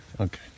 Okay